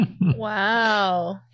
Wow